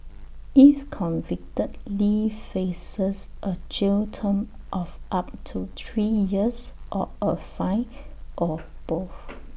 if convicted lee faces A jail term of up to three years or A fine or both